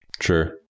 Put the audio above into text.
Sure